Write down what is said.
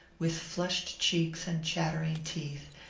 with flushed cheeks and chattering teeth,